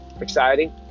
exciting